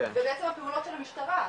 זה בעצם הפעולות של המשטרה,